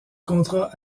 contrat